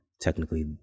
technically